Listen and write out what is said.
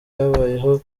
habayeho